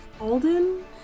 Alden